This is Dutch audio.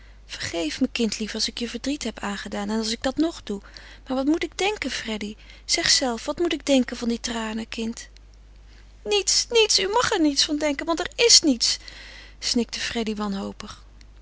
vergeef me kindlief als ik je verdriet heb aangedaan en als ik dat nog doe maar wat moet ik denken freddy zeg zelf wat moet ik denken van die tranen kind niets niets u mag er niets van denken want er is niets snikte freddy wanhopig